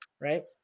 right